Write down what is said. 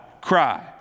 cry